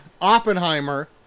Oppenheimer